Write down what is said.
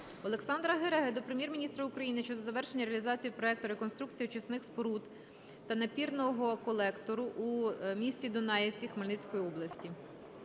Олександра Гереги до Прем'єр-міністра України щодо завершення реалізації проекту "Реконструкція очисних споруд та напірного колектору" у місті Дунаївці Хмельницької області.